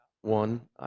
one